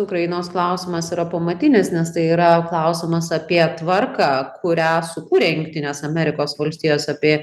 ukrainos klausimas yra pamatinis nes tai yra klausimas apie tvarką kurią sukūrė jungtinės amerikos valstijos apie